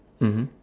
mmhmm